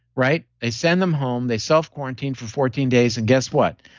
right? they send them home, they self-quarantine for fourteen days and guess what?